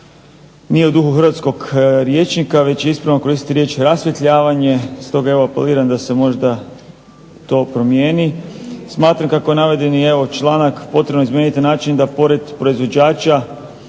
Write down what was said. nije u duhu hrvatskog rječnika već je ispravno koristiti riječ rasvjetljavanje. Stoga evo apeliram da se možda to promijeni. Smatram kako je navedeni evo članak potrebno izmijeniti na način da pored proizvođača